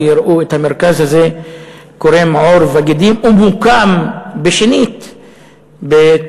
ויראו את המרכז הזה קורם עור וגידים ומוקם בשנית בטייבה,